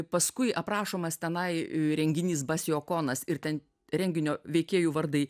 paskui aprašomas tenai renginys basiokonas ir ten renginio veikėjų vardai